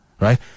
right